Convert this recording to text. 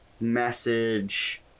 message